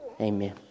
Amen